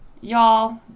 y'all